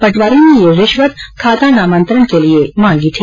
पटवारी ने यह रिश्वत खाता नामान्तरण के लिए मांगी थी